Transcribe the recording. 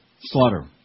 slaughter